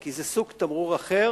כי זה סוג תמרור אחר,